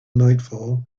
nightfall